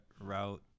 route